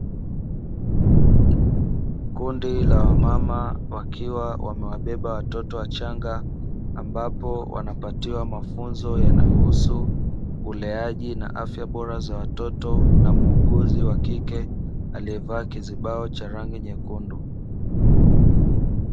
Kundi la wamama ,wakiwa wamewabeba watoto wachanga ,ambapo wanapatiwa mafunzo yanayohusu uleaji na afya bora za watoto, na muuguzi wa kike ,alievaa kizibao cha rangi nyekundu .